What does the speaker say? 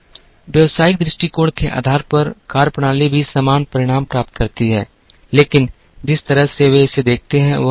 व्यावसायिक दृष्टिकोण के आधार पर कार्यप्रणाली भी समान परिणाम प्राप्त करती है लेकिन जिस तरह से वे इसे देखते हैं वह अलग है